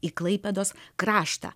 į klaipėdos kraštą